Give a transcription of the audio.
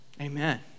Amen